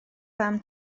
fam